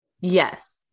Yes